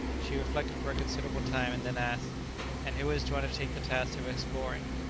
she reflected for a considerable time, and then asked and who is to undertake the task of exploring?